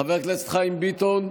חבר הכנסת חיים ביטון,